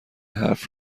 حرف